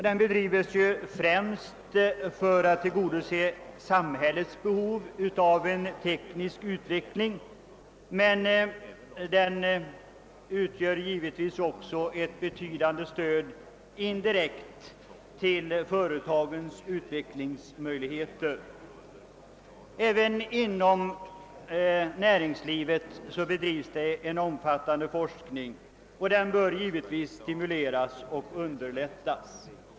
Denna bedrives ju främst för att tillgodose samhällets behov av en teknisk utveckling, men den utgör givetvis också ett betydande indirekt stöd till företagens utvecklingsmöjligheter. Även inom näringslivet bedrivs det en omfattande forskning, och den bör självfallet stimuleras och underlättas.